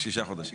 שישה חודשים.